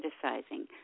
criticizing